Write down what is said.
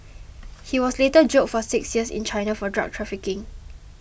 he was later jailed for six years in China for drug trafficking